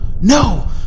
no